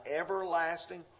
everlasting